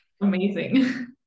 Amazing